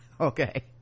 okay